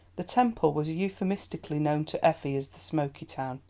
the temple was euphemistically known to effie as the smoky town.